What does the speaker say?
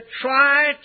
try